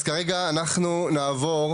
אז כרגע אנחנו נעבור